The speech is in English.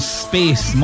space